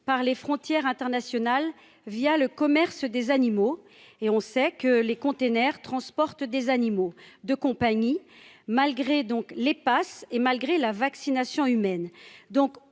par les frontières internationales via le commerce des animaux et on sait que les containers transportent des animaux de compagnie, malgré donc les passes et malgré la vaccination humaine,